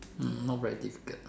hmm not very difficult